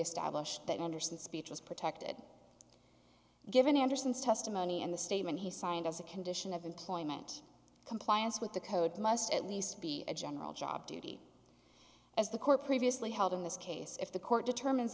established that manderson speech was protected given anderson's testimony in the statement he signed as a condition of employment compliance with the code must at least be a general job duty as the court previously held in this case if the court determines